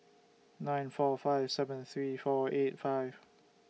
nine four five seven three four eight five